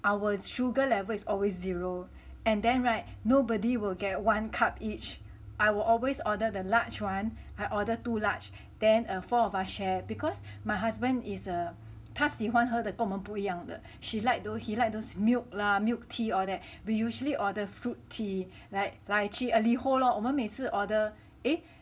our sugar level is always zero and then [right] nobody will get one cup each I will always order the large one I order two large then err four of us share because my husband is a 他喜欢喝的跟我们不一样的 he liked those he liked those milk lah milk tea all that we usually order fruit tea like lychee err Liho lor 我们每次 order eh